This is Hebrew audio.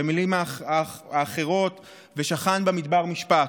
במילים אחרות, "ושכן במדבר משפט".